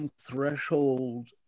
threshold